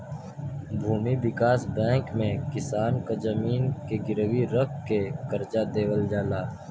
भूमि विकास बैंक में किसान क जमीन के गिरवी रख के करजा देवल जाला